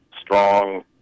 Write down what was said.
strong